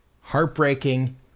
heartbreaking